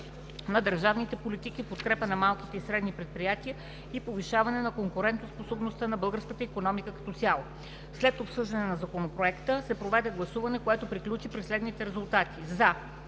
на държавните политики в подкрепа на малките и средните предприятия и повишаване на конкурентоспособността на българската икономика като цяло. След обсъждане на Законопроекта се проведе гласуване, което приключи при следните резултати: